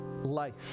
Life